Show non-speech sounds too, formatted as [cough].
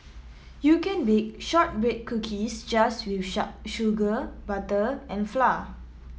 you can bake shortbread cookies just with [unintelligible] sugar butter and flour